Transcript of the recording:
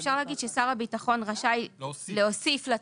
אפשר להגיד ששר הביטחון רשאי להוסיף לתוספת,